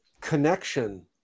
connection